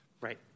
right